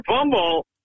fumble